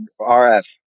RF